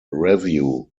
revue